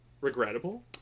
Regrettable